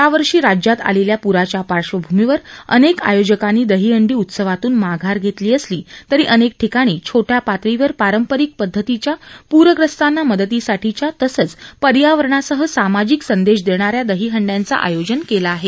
मात्र यावर्षी राज्यात आलेल्या प्राच्या पार्श्वभूमीवर अनेक आयोजकांनी दहिहंडी उत्सवातून माघार घेतली असली तरी अनेक ठिकाणी छोट्यापातळीवर पारंपरिक पदधतीच्या प्रग्रस्तांना मदतीसाठीच्या तसंच पर्यारणासह सामाजिक संदेश देणाऱ्या दहीहंड्याचं आयोजन केलं आहे